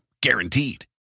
Guaranteed